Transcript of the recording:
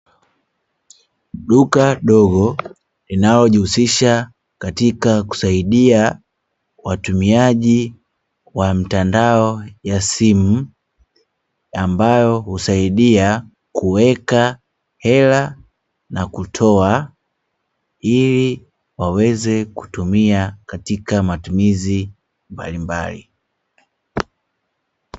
Duka dogo linalojihusisha katika kusaidia watumiaji wa mtandao ya simu ambayo kusaidia kuweka hela na kutoa ili waweze kutumia katika matumizi mbalimbali.